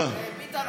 ביטן,